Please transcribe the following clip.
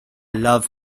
love